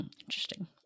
Interesting